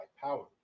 power